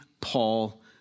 Paul